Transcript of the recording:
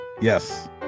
yes